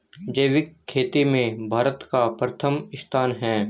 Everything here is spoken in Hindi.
जैविक खेती में भारत का प्रथम स्थान है